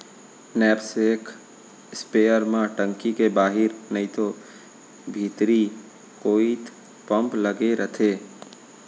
knapsack spare म टंकी के बाहिर नइतो भीतरी कोइत पम्प लगे रथे